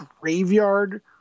graveyard